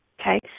okay